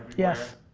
yes,